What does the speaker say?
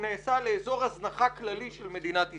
נעשה לאזור הזנחה כללי של מדינת ישראל.